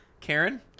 Karen